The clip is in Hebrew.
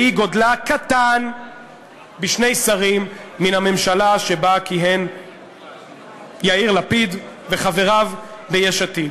והיא קטנה בשני שרים מן הממשלה שבה כיהנו יאיר לפיד וחבריו ביש עתיד.